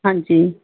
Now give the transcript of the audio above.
ਹਾਂਜੀ